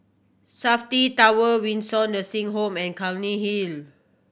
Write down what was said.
Safti Tower Windsor Nursing Home and Clunny Hill